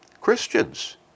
Christians